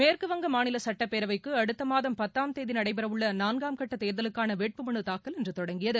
மேற்குவங்க மாநில சுட்டப்பேரவைக்கு அடுத்த மாதம் தேதி நடைபெறவுள்ள நான்காம் கட்ட தேர்தலுக்கான வேட்புமனு தாக்கல் இன்று தொடங்கியது